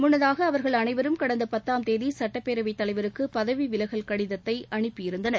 முன்னதாக அவர்கள் அனைவரும் கடந்த பத்தாம் தேதி சுட்டப்பேரவைத் தலைவருக்கு பதவி விலகல் கடிதத்தை அனுப்பியிருந்தனர்